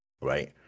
Right